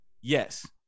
yes